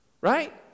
Right